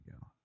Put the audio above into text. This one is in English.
go